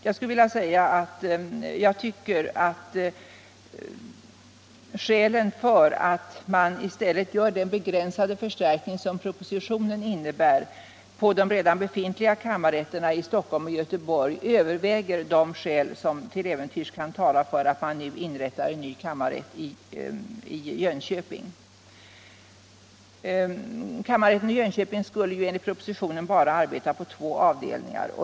Jag tycker att skälen för att man i stället gör den begränsade förstärkning som propositionen innebär av de redan befintliga kammarrätterna i Stockholm och Göteborg överväger de skäl som till äventyrs kan tala för att en ny kammarrätt inrättas i Jönköping. Kammarrätten i Jönköping skulle enligt propositionen bara arbeta på två avdelningar.